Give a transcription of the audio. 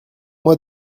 moi